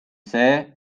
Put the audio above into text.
see